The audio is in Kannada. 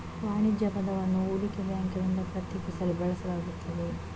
ವಾಣಿಜ್ಯ ಪದವನ್ನು ಹೂಡಿಕೆ ಬ್ಯಾಂಕಿನಿಂದ ಪ್ರತ್ಯೇಕಿಸಲು ಬಳಸಲಾಗುತ್ತದೆ